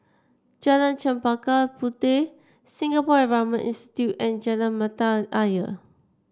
Jalan Chempaka Puteh Singapore Environment Institute and Jalan Mata Ayer